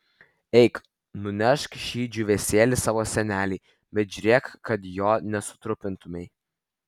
eik nunešk šį džiūvėsėlį savo senelei bet žiūrėk kad jo nesutrupintumei